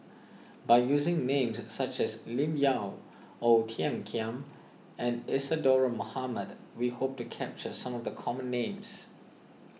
by using names such as Lim Yau Ong Tiong Khiam and Isadhora Mohamed we hope to capture some of the common names